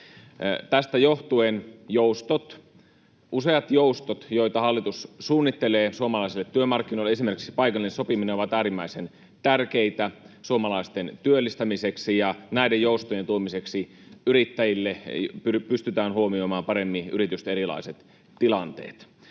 Tästä johtuen joustot, useat joustot, joita hallitus suunnittelee suomalaisille työmarkkinoille, esimerkiksi paikallinen sopiminen, ovat äärimmäisen tärkeitä suomalaisten työllistämiseksi ja näiden joustojen tuomiseksi yrittäjille — pystytään huomioimaan paremmin yritysten erilaiset tilanteet.